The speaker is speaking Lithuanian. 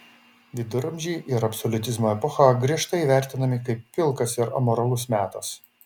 viduramžiai ir absoliutizmo epocha griežtai vertinami kaip pilkas ir amoralus metas